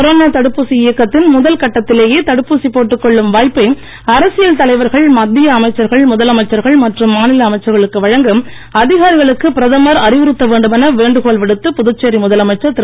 corona தடுப்பூசி இயக்கத்தின் முதல் கட்டத்திலேயே தடுப்பூசி போட்டுக்கொள்ளும் வாய்ப்பை அரசியல் தலைவர்கள் மத்திய அமைச்சர்கள் முதலமைச்சர்கள் மற்றும் மாநில அமைச்சர்களுக்கு வழங்க அதிகாரிகளுக்கு பிரதமர் அறிவுறுத்த வேண்டுமென வேண்டுகோள் விடுத்து புதுச்சேரி முதலமைச்சர் திரு